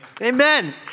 Amen